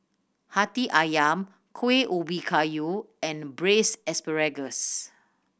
Hati Ayam Kuih Ubi Kayu and Braised Asparagus